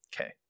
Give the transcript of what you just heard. okay